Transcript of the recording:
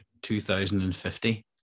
2050